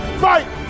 fight